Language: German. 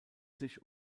sich